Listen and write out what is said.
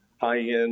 high-end